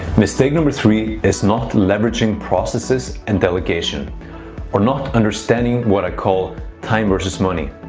mistake number three is not leveraging processes and delegation or not understanding what i call time versus money.